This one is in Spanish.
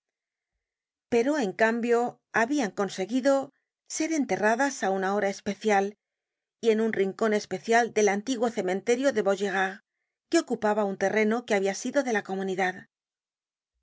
pero en cambio habian conseguido ser enterradas á una hora especial y en un rincon especial del antiguo cementerio vaugirard que ocupaba un terreno que habia sido de la comunidad